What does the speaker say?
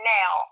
now